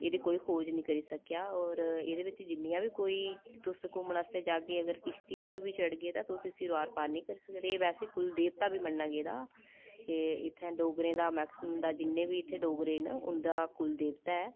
एह्दी कोई खोज़ नेईं करी सकेआ होर एह्दे बिच्च जिन्नियां बी कोई तुस घूमने आस्तै जाह्गे अगर किश्ती उप्पर बी चढ़गे ते तुस इसी रूआर पार नीं करी सकदे एह् वैसे बी कुल देवता बी मन्नेआ गेदा एह् इत्थें डोगरें दा मैक्सिमम दा जिन्ने बी इत्थे डोगरे न उंदा कुल देवता ऐ